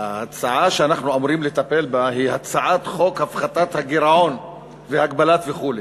ההצעה שאנחנו אמורים לטפל בה היא הצעת חוק הפחתת הגירעון והגבלת וכו'.